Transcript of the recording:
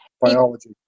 Biology